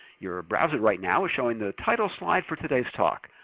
your browser right now is showing the title slide for today's talk.